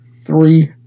three